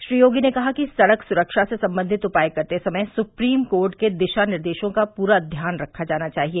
श्री योगी ने कहा की सड़क सुरक्षा से सम्बन्धित उपाय करते समय सुप्रीम कोर्ट के दिशा निर्देशों का पूरा ध्यान रखा जाना चाहिए